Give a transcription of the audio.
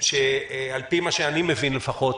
שעל פי מה שאני מבין לפחות,